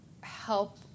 help